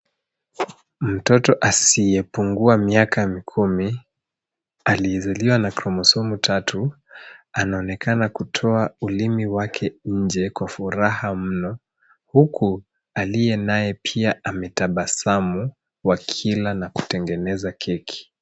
Mtoto asiyepungua miaka mikumi aliyezaliwa na kromosomu tatu anaonekna kutoa ulimi wake nje kwa furaha mno huku aliyenaye pia ametabasamu wakila na kutengeneza keki.